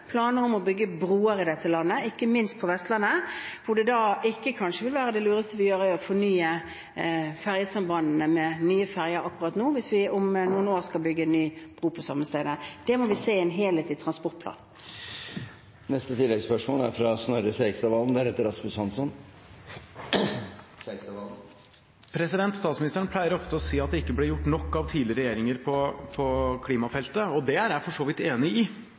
planer om å bygge broer i dette landet, ikke minst på Vestlandet, hvor det kanskje ikke vil være det lureste vi gjør å fornye fergesambandene med nye ferger akkurat nå, hvis vi om noen år skal bygge ny bro på de samme stedene. Det må vi se på i en helhetlig transportplan. Snorre Serigstad Valen – til oppfølgingsspørsmål. Statsministeren pleier ofte å si at det ikke ble gjort nok på klimafeltet av tidligere regjeringer – det er jeg for så vidt enig i